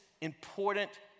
important